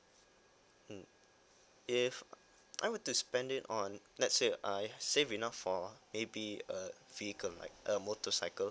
mm if I were to spend it on let's say I save enough for maybe a vehicle like a motorcycle